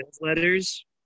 letters